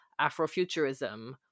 Afrofuturism